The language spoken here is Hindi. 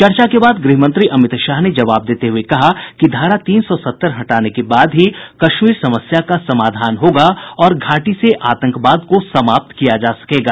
चर्चा के बाद गृह मंत्री अमित शाह ने जवाब देते हुये कहा कि धारा तीन सौ सत्तर हटाने के बाद ही कश्मीर समस्या का समाधान होगा और घाटी से आतंकवाद को समाप्त किया जा सकेगा